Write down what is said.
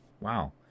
Wow